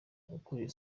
ukuriye